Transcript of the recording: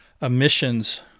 emissions